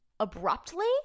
abruptly